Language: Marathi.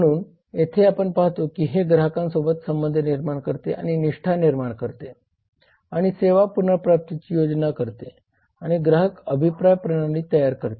म्हणून येथे आपण पाहतो की हे ग्राहकांसोबत संबंध निर्माण करते आणि निष्ठा निर्माण करते आणि सेवा पुनर्प्राप्तीची योजना करते आणि ग्राहक अभिप्राय प्रणाली तयार करते